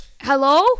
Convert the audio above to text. Hello